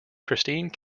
christine